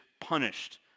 punished